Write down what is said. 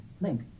Link